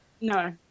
no